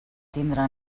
tindre